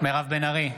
מירב בן ארי,